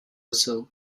sill